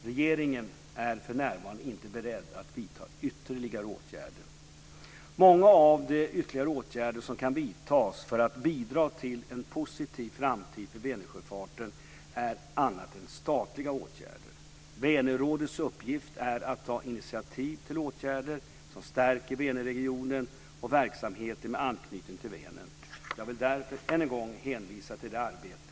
Regeringen är för närvarande inte beredd att vidta ytterligare åtgärder. Många av de ytterligare åtgärder som kan vidtas för att bidra till en positiv framtid för Vänersjöfarten är annat än statliga åtgärder. Vänerrådets uppgift är att ta initiativ till åtgärder som stärker Vänerregionen och verksamheter med anknytning till Vänern. Jag vill därför än en gång hänvisa till det arbete